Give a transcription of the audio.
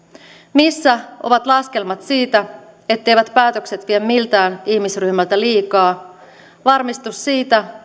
missä ovat laskelmat siitä etteivät päätökset vie miltään ihmisryhmältä liikaa varmistus siitä